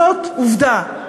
זאת עובדה.